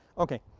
okay.